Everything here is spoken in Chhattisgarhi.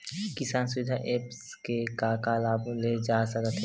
किसान सुविधा एप्प से का का लाभ ले जा सकत हे?